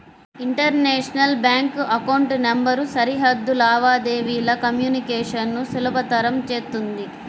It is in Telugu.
ఇంటర్నేషనల్ బ్యాంక్ అకౌంట్ నంబర్ సరిహద్దు లావాదేవీల కమ్యూనికేషన్ ను సులభతరం చేత్తుంది